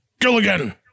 Gilligan